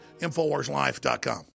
InfoWarsLife.com